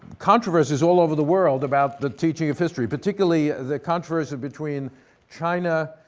controversies all over the world about the teaching of history particularly the controversy between china,